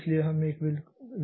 इसलिए हमें एक विकल्प मिला है